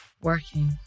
Working